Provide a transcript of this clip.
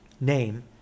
name